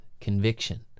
conviction